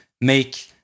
make